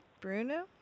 Bruno